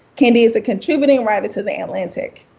kendi is a contributing writer to the atlantic.